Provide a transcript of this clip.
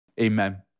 Amen